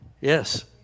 Yes